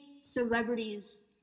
celebrities